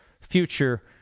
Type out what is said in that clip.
future